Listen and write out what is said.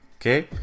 Okay